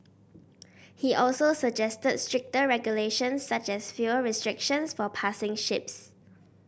he also suggested stricter regulations such as fuel restrictions for passing ships